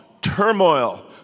turmoil